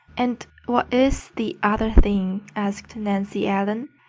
and what is the other thing asked nancy ellen.